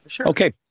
Okay